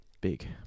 big